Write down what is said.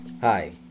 Hi